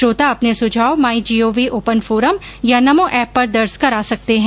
श्रोता अपने सुझाव माई जीओवी ओपन फोरम या नमो एप पर दर्ज करा सकते हैं